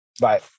Bye